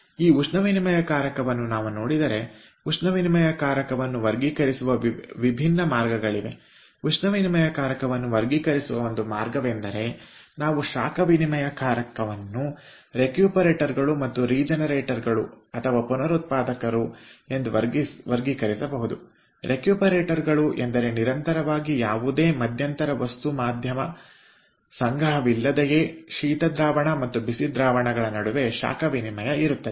ಈಗ ಉಷ್ಣವಿನಿಮಯಕಾರಕವನ್ನು ನಾವು ನೋಡಿದರೆ ಉಷ್ಣವಿನಿಮಯಕಾರಕವನ್ನು ವರ್ಗೀಕರಿಸುವ ವಿಭಿನ್ನ ಮಾರ್ಗಗಳಿವೆ ಉಷ್ಣವಿನಿಮಯಕಾರಕವನ್ನು ವರ್ಗೀಕರಿಸುವ ಒಂದು ಮಾರ್ಗವೆಂದರೆ ನಾವು ಶಾಖ ವಿನಿಮಯಕಾರಕವನ್ನು ರೆಕ್ಯೂಪರೇಟರ್ ಗಳು ಮತ್ತು ರೀಜನರೇಟರ್ ಗಳುಪುನರುತ್ಪಾದಕಗಳು ಎಂದು ವರ್ಗೀಕರಿಸಬಹುದು ರೆಕ್ಯೂಪರೇಟರ್ ಗಳು ಎಂದರೆ ಇವುಗಳಲ್ಲಿ ನಿರಂತರವಾಗಿ ಯಾವುದೇ ಮಧ್ಯಂತರ ವಸ್ತು ಮಾಧ್ಯಮ ಸಂಗ್ರಹವಿಲ್ಲದೆಯೇ ಶೀತ ದ್ರಾವಣ ಮತ್ತು ಬಿಸಿ ದ್ರಾವಣಗಳ ನಡುವೆ ಶಾಖ ವಿನಿಮಯ ಇರುತ್ತದೆ